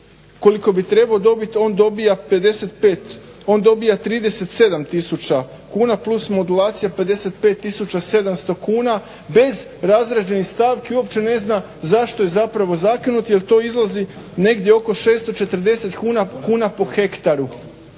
koliko bi trebao dobiti on dobija 37 tisuća kuna plus modulacija 55 tisuća 700 kuna bez razrađenih stavki uopće ne zna zašto je zapravo zakinut jer to izlazi negdje oko 640 kuna po hektaru